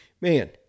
Man